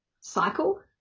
cycle